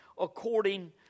according